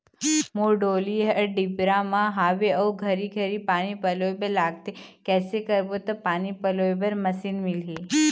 मोर डोली हर डिपरा म हावे अऊ घरी घरी पानी पलोए बर लगथे कैसे करबो त पानी पलोए बर मशीन मिलही?